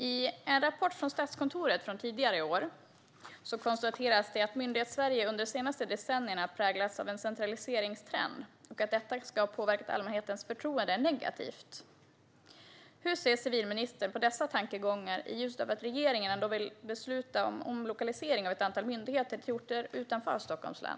I en rapport från Statskontoret som kom tidigare i år konstateras det att Myndighetssverige under de senaste decennierna präglats av en centraliseringstrend och att detta ska ha påverkat allmänhetens förtroende negativt. Hur ser civilministern på dessa tankegångar i ljuset av att regeringen vill besluta om omlokalisering av ett antal myndigheter till orter utanför Stockholms län?